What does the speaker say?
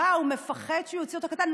מה, הוא מפחד שיוציאו אותו קטן?